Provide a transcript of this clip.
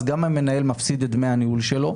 אז גם המנהל מפסיד את דמי הניהול שלו,